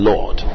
Lord